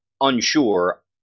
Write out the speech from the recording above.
unsure